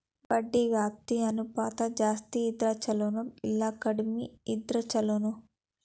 ಬಡ್ಡಿ ವ್ಯಾಪ್ತಿ ಅನುಪಾತ ಜಾಸ್ತಿ ಇದ್ರ ಛಲೊನೊ, ಇಲ್ಲಾ ಕಡ್ಮಿ ಇದ್ರ ಛಲೊನೊ?